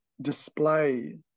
display